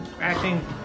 acting